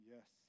Yes